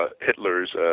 Hitler's